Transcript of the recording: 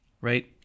right